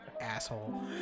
Asshole